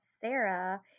Sarah